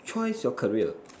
choice your career